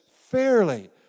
fairly